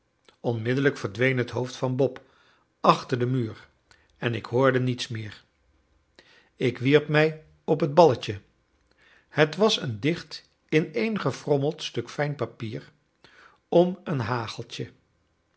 onmiddellijk verdween het hoofd van bob achter den muur en ik hoorde niets meer ik wierp mij op het balletje het was een dicht ineengefrommeld stuk fijn papier om een hageltje